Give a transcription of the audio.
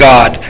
God